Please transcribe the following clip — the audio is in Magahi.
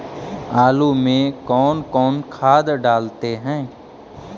आलू में कौन कौन खाद डालते हैं?